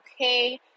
okay